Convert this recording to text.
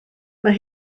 mae